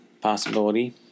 possibility